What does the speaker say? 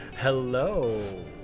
Hello